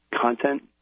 content